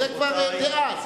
זה כבר דעה.